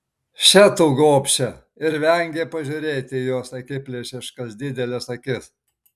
še tu gobše ir vengė pažiūrėti į jos akiplėšiškas dideles akis